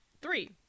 Three